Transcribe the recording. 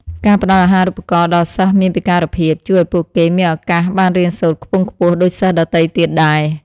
ការផ្តល់អាហារូបករណ៍ដល់សិស្សមានពិការភាពជួយឱ្យពួកគេមានឱកាសបានរៀនសូត្រខ្ពង់ខ្ពស់ដូចសិស្សដទៃទៀតដែរ។